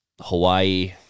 Hawaii